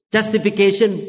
Justification